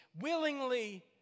willingly